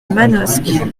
manosque